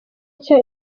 nshya